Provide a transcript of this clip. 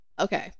okay